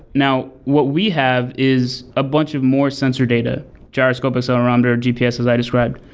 now, what we have is a bunch of more sensor data gyroscope, accelerometer, gps, as i described.